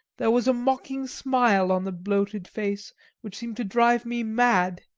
there was a mocking smile on the bloated face which seemed to drive me mad.